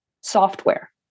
software